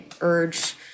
urge